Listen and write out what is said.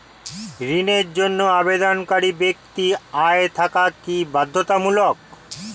ঋণের জন্য আবেদনকারী ব্যক্তি আয় থাকা কি বাধ্যতামূলক?